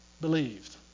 believed